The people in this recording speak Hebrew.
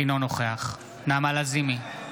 אינו נוכח נעמה לזימי,